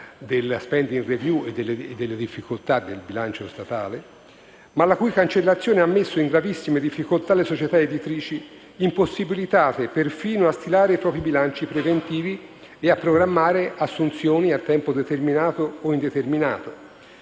della *spending review* e delle difficoltà del bilancio statale, ma la cui cancellazione ha messo in gravissime difficoltà le società editrici, impossibilitate perfino a stilare i propri bilanci preventivi e a programmare assunzioni a tempo determinato o indeterminato.